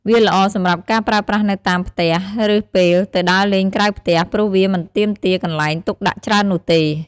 វាល្អសម្រាប់ការប្រើប្រាស់នៅតាមផ្ទះ ឬពេលទៅដើរលេងក្រៅផ្ទះ ព្រោះវាមិនទាមទារកន្លែងទុកដាក់ច្រើននោះទេ។